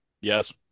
Yes